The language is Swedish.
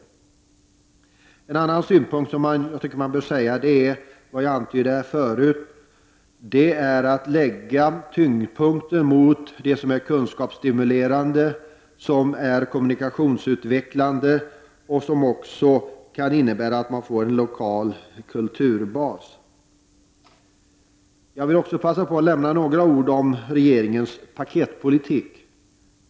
En annan synpunkt som bör framhållas är vad jag antydde förut, att man bör lägga tyngdpunkten på det som är kunskapsstimulerande och kommunikationsutvecklande och som också kan innebära att man får en lokal kulturbas. Jag vill också passa på att säga några ord om regeringens ”paketpolitik”.